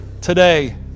today